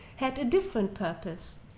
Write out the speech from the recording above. had a different purpose.